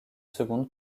seconde